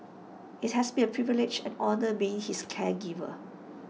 IT has been A privilege and honour being his caregiver